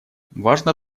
важно